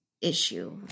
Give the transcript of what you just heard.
issue